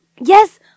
Yes